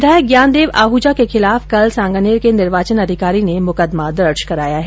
विधायक ज्ञानदेव आहूजा के खिलाफ कल सांगानेर के निर्वाचन अधिकारी ने मुकदमा दर्ज कराया है